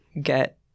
get